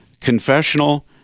confessional